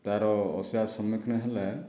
ତା ର ଅସୁବିଧାର ସମ୍ମୁଖୀନ ହେଲେ